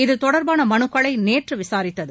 இது தொடர்பாள மனுக்களை நேற்று விசாரித்தது